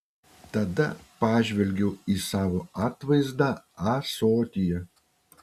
tada pažvelgiau į savo atvaizdą ąsotyje